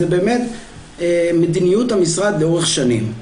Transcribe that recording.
זאת באמת מדיניות המשרד לאורך שנים.